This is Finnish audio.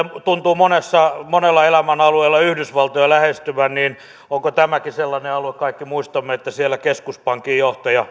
tuntuu monella elämänalueella yhdysvaltoja lähestyvän niin onko tämäkin sellainen alue kaikki muistamme että siellä keskuspankin